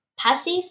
Passive